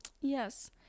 Yes